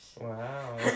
Wow